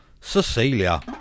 Cecilia